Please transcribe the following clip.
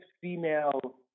female